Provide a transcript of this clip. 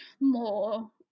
more